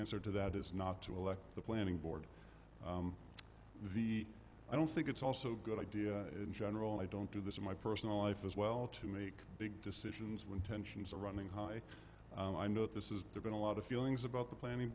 answer to that is not to elect the planning board the i don't think it's also good idea in general i don't do this in my personal life as well to make big decisions when tensions are running high and i know this is there been a lot of feelings about the planning